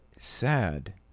Sad